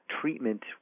treatment